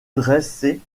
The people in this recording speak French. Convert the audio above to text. dressés